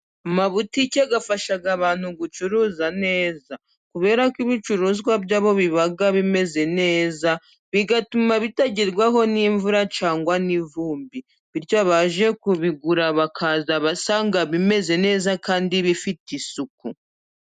Amabutike afasha abantu gucuruza neza, kubera ko ibicuruzwa byabo biba bimeze neza, bituma bitagerwaho n'imvura cyangwa n'ivumbi, bityo abaje kubigura, baza basanga bimeze neza kandi bifite isuku.